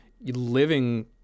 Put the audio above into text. living